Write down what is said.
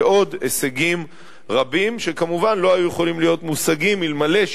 ועוד הישגים רבים שכמובן לא היו יכולים להיות מושגים אלמלא,